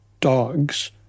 dogs